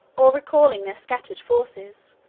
or recalling their scattered forces,